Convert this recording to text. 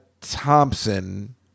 Thompson